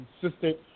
consistent